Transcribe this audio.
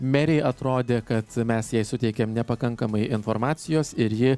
merei atrodė kad mes jai suteikėm nepakankamai informacijos ir ji